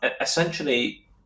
essentially